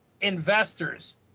investors